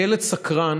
כילד סקרן